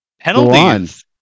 penalties